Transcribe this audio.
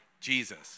Jesus